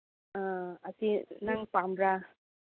ꯑꯥ ꯑꯁꯤ ꯅꯪ ꯄꯥꯝꯕ꯭ꯔꯥ